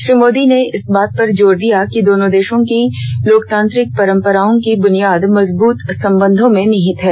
श्री मोदी ने इस बातपर जोर दिया कि दोनों देशों की लोकतांत्रिक परम्पराओं की बुनियाद मजबुत संबंधों में निहित हैं